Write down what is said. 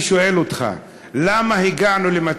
אחריו, שואלים נוספים, שהם חברי הכנסת חנין ושי.